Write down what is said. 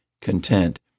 content